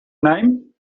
name